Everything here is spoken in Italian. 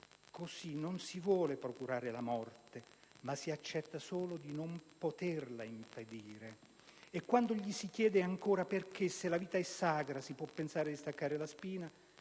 così non si vuole procurare la morte ma si accetta solo di non poterla impedire". E quando gli si chiede ancora perché, se la vita è sacra, si può pensare di staccare la spina,